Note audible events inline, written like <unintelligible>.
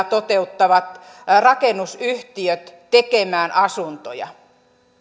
<unintelligible> toteuttavat rakennusyhtiöt tekemään asuntoja